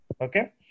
Okay